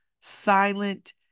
silent